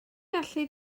gallu